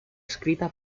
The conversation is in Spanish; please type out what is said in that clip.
escrita